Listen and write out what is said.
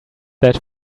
that